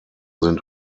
sind